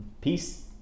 Peace